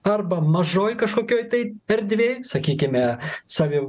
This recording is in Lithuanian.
arba mažoj kažkokioj tai erdvėj sakykime savi